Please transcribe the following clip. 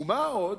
ומה עוד,